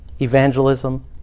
evangelism